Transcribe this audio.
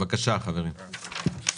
בבקשה, חברים,